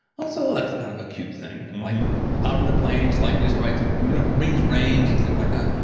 also, that's kind of a cute thing like out in the plains, lightning strikes and means rains and things like that.